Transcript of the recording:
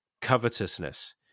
covetousness